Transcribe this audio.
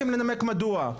עליכם לנמק מדוע.